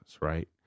right